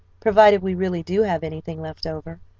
provided we really do have anything left over.